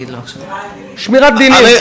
שמירת דינים.